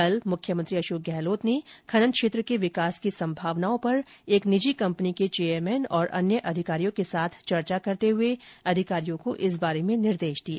कल मुख्यमंत्री अशोक गहलोत ने खनन क्षेत्र के विकास की संभावनाओं पर एक निजी कंपनी के चेयरमैन और अन्य अधिकारियों के साथ चर्चा करते हुए अधिकारियों को इस बारे में निर्देश दिए